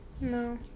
No